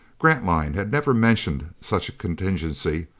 grantline had never mentioned such a contingency,